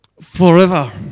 forever